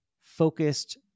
focused